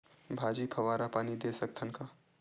भाजी फवारा पानी दे सकथन का?